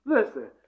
Listen